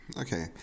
Okay